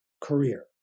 career